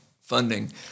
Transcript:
funding